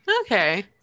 okay